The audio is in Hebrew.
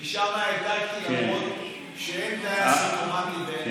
משם העתקתי, למרות שאין טייס אוטומטי.